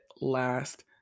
last